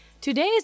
today's